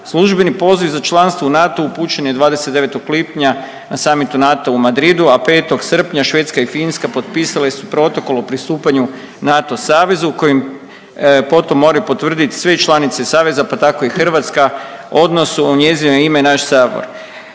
Službeni poziv za članstvo u NATO-u upućen je 29. lipnja na Samitu NATO-a u Madridu, a 6. srpnja Švedska i Finska potpisale su protokol o pristupanju NATO savezu kojim potom moraju potvrditi sve članice saveza pa tako i Hrvatska odnosno u njezino ima naš sabor.